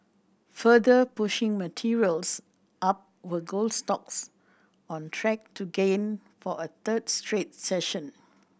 further pushing materials up were gold stocks on track to gain for a third straight session